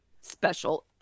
special